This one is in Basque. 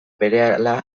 berehala